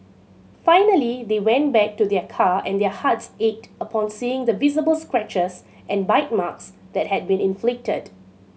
finally they went back to their car and their hearts ached upon seeing the visible scratches and bite marks that had been inflicted